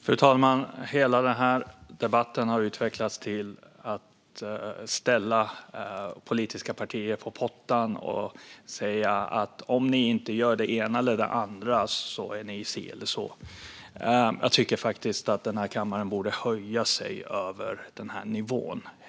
Fru talman! Den här debatten har utvecklats till att sätta politiska partier på pottkanten och säga att om de inte gör det ena eller det andra är de si eller så. Jag tycker faktiskt att kammaren borde höja sig över den nivån.